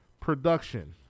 production